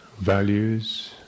values